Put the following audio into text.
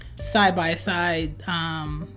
side-by-side